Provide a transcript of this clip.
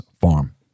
Farm